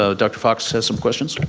ah dr. fox has some questions.